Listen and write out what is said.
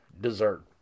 dessert